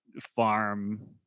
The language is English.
farm